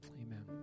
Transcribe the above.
Amen